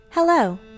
Hello